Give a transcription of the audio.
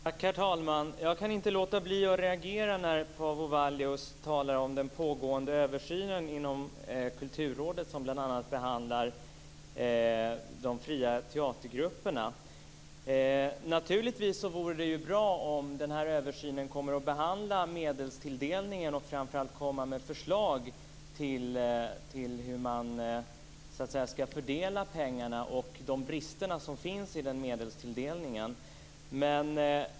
Herr talman! Jag kan inte låta bli att reagera när Paavo Vallius talar om den pågående översynen inom Kulturrådet som bl.a. behandlar de fria teatergrupperna. Naturligtvis vore det bra om översynen skulle komma att behandla medelstilldelningen och framför allt komma med förslag till hur pengarna ska fördelas och påpeka de brister som finns i medelstilldelningen.